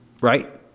right